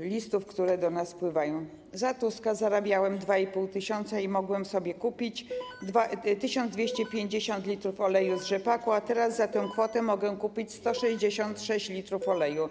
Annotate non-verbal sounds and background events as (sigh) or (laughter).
listów, które do nas spływają: Za Tuska zarabiałem 2,5 tys. i mogłem sobie kupić (noise) 1250 l oleju z rzepaku, a teraz za tę kwotę mogę kupić 166 l oleju.